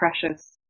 precious